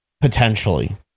potentially